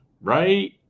right